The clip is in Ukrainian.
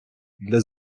для